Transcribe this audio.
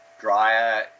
drier